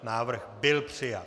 Návrh byl přijat.